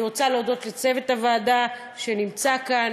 אני רוצה להודות לצוות הוועדה שנמצא כאן.